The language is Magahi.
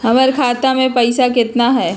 हमर खाता मे पैसा केतना है?